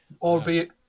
albeit